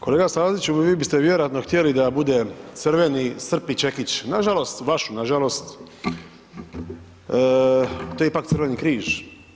Kolega Staziću vi biste vjerojatno htjeli da ja budem crveni srp i čekić, nažalost vašu nažalost to je ipak Crveni križ.